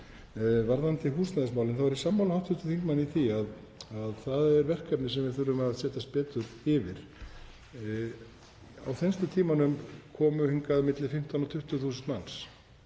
Varðandi húsnæðismálin þá er ég sammála hv. þingmanni í því að það er verkefni sem við þurfum að setjast betur yfir. Á þenslutímanum komu hingað á milli 15.000 og 20.000 manns